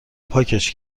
پاکش